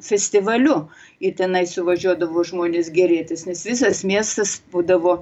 festivaliu ir tenai suvažiuodavo žmonės gėrėtis nes visas miestas būdavo